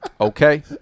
Okay